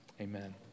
Amen